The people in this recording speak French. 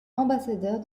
ambassadeur